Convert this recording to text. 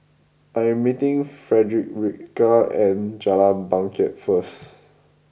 I am meeting Fredericka at Jalan Bangket first